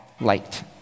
light